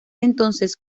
entonces